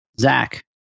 Zach